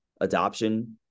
adoption